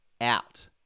out